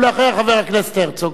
ואחריה, חבר הכנסת הרצוג.